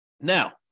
Now